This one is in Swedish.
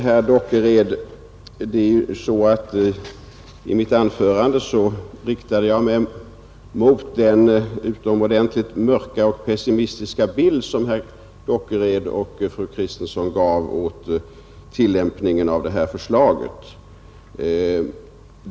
Herr talman! Det är ju så, herr Dockered, att i mitt anförande riktade jag mig mot den utomordentligt mörka och pessimistiska bild som herr Dockered och fru Kristensson gav om tillämpningen av föreliggande förslag.